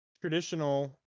traditional